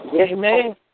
Amen